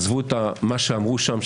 עזבו את מה שאמרו שם,